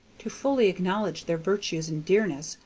to fully acknowledge their virtues and dearness,